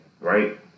right